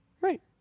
Right